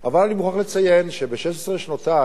אבל אני מוכרח לציין שב-16 שנותי,